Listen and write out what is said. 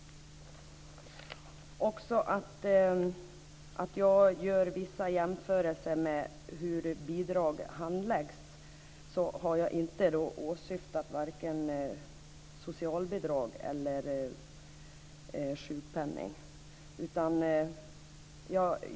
När jag gör vissa jämförelser mellan hur bidrag handläggs har jag inte åsyftat vare sig socialbidrag eller sjukpenning.